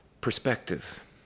perspective